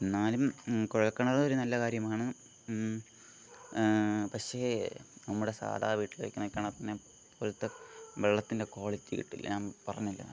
എന്നാലും കുഴൽ കിണർ ഒരു നല്ല കാര്യമാണ് പക്ഷേ നമ്മുടെ സാധാ വീട്ടിലൊക്കെ ഉള്ള കിണറിനെ പോലത്തെ വെള്ളത്തിൻ്റെ ക്വാളിറ്റി കിട്ടില്ല ഞാൻ പറഞ്ഞല്ലോ നേരത്തേ